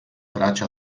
trate